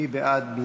מי בעד?